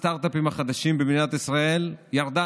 שמספר הסטרטאפים החדשים במדינת ישראל ירד,